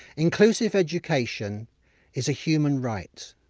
inclusive education is a human right,